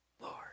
Lord